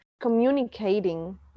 communicating